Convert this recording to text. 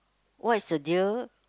what is the deal